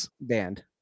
band